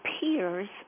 peers